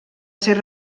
ser